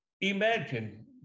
Imagine